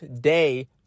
day